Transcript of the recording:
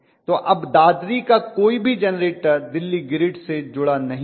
तो अब दादरी का कोई भी जेनरेटर दिल्ली ग्रिड से नहीं जुड़ा है